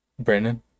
Brandon